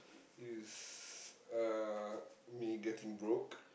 is uh me getting broke